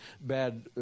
bad